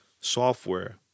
software